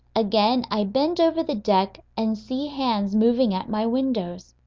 again i bend over the deck, and see hands moving at my windows.